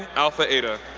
alpha eta.